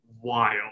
wild